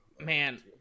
Man